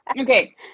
Okay